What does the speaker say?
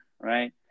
right